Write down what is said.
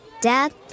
Dad